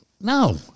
No